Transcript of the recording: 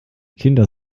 kinder